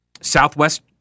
southwest